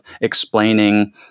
explaining